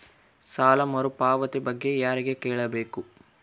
ಸಾಲ ಮರುಪಾವತಿ ಬಗ್ಗೆ ಯಾರಿಗೆ ಕೇಳಬೇಕು?